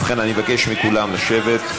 ובכן, אני מבקש מכולם לשבת.